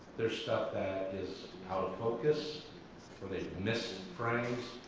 there's stuff that is out of focus or they've missed frames.